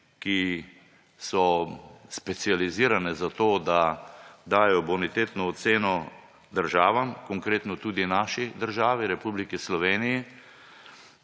ki so specializirane za to, da dajejo bonitetno oceno državam, konkretno tudi naši državi Republiki Sloveniji,